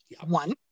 one